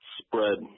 spread